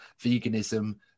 veganism